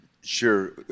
Sure